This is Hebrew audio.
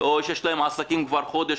או שיש להם עסקים כבר חודש,